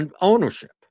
ownership